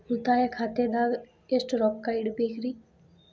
ಉಳಿತಾಯ ಖಾತೆದಾಗ ಎಷ್ಟ ರೊಕ್ಕ ಇಡಬೇಕ್ರಿ?